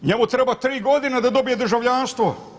Njemu treba tri godine da dobije državljanstvo.